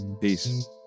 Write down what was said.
Peace